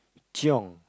chiong